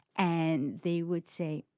and they would say,